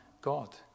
God